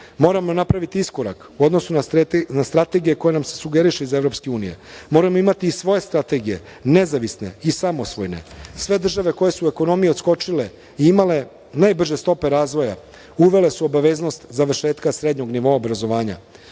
napraviti iskorak u odnosu na strategije koje nam se sugerišu iz EU. Moramo imati i svoje strategije, nezavisne i samosvojne. Sve države koje su u ekonomiji odskočile i imale najbrže stope razvoja, uvele su obaveznost završetka srednjeg nivoa obrazovanja.